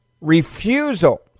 refusal